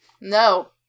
no